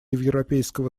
европейского